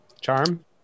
Charm